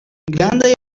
grandaj